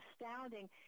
astounding